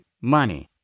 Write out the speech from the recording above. money